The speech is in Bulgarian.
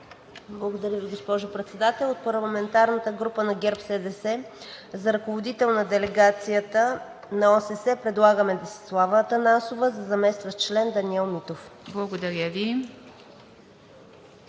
Благодаря Ви, госпожо Председател. От парламентарната група на ГЕРБ-СДС за ръководител на делегацията на ОССЕ предлагаме Десислава Атанасова, за заместващ член Даниел Митов. ПРЕДСЕДАТЕЛ